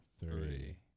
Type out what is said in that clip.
three